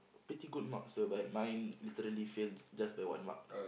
pretty good marks whereby mine literally fail just by one mark